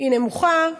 היא נמוכה,